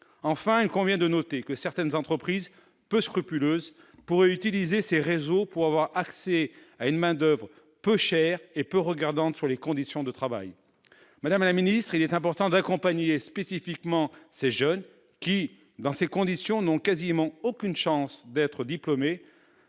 Enfin, il convient de noter que certaines entreprises peu scrupuleuses pourraient utiliser ces réseaux pour avoir accès à une main-d'oeuvre peu chère et peu regardante sur les conditions de travail. Madame la ministre, il est important d'accompagner spécifiquement ces jeunes qui, dans ces conditions, n'ont quasiment aucune chance d'être diplômés,